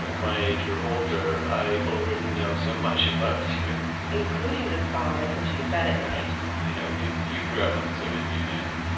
my age or older, i already know so much about you including the song that put you to bed at night you know, if you grew up in the soviet union,